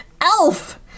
elf